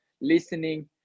listening